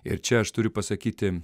ir čia aš turiu pasakyti